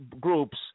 groups